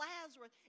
Lazarus